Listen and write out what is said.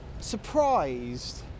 surprised